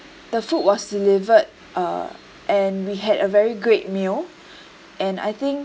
the food was delivered uh and we had a very great meal and I think